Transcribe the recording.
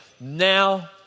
now